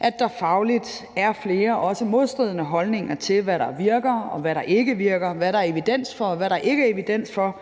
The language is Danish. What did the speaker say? at der fagligt er flere modstridende holdninger til, hvad der virker, og hvad der ikke virker, og hvad der er evidens for, og hvad der ikke er evidens for.